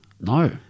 No